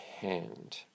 hand